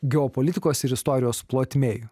geopolitikos ir istorijos plotmėj